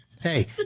Hey